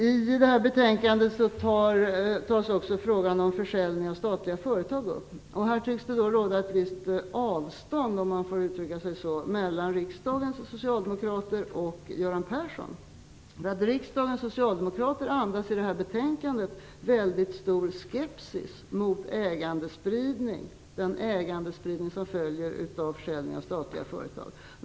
I betänkandet tas också frågan om försäljning av statliga företag upp. Här tycks det råda ett visst avstånd, om man får uttrycka sig så, mellan riksdagens socialdemokrater och Göran Persson. Riksdagens socialdemokrater andas i detta betänkande väldigt stor skepsis mot den ägandespridning som följer av försäljning av statliga företag.